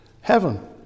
heaven